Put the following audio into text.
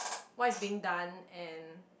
what's being done and